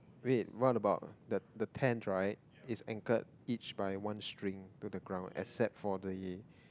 wait what about the the tents right it's incurred each by one string to the ground except for the